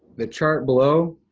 the chart below,